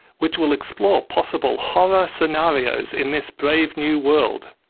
which will explore possible horror scenarios in this brave new world.